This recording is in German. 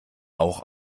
auch